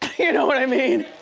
you know what i mean?